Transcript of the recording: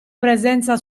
presenza